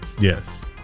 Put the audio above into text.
yes